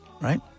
right